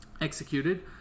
Executed